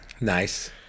Nice